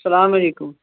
اَسلامُ عَلیکُم